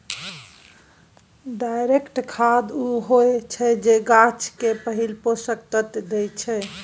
direct खाद उ होइ छै जे गाछ केँ पहिल पोषक तत्व दैत छै